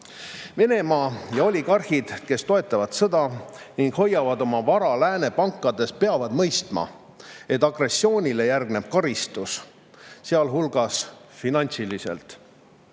Venemaa ja oligarhid, kes toetavad sõda ning hoiavad oma vara lääne pankades, peavad mõistma, et agressioonile järgneb karistus, sealhulgas finantsiline.